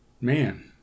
man